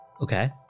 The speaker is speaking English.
Okay